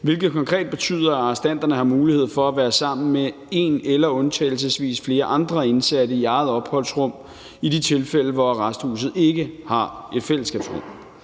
hvilket konkret betyder, at arrestanterne har mulighed for at være sammen med en eller undtagelsesvis flere andre indsatte i eget opholdsrum i de tilfælde, hvor arresthuset ikke har et fællesskabsrum.